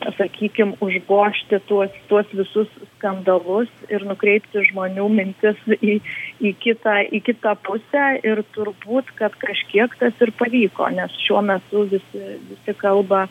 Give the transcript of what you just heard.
sakykim užgožti tuos tuos visus skandalus ir nukreipti žmonių mintis į į kitą į kitą pusę ir turbūt kad kažkiek tas ir pavyko nes šiuo metu visi visi kalba